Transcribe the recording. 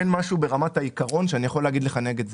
אין משהו ברמת העיקרון שאני יכול להגיד לך נגד זה,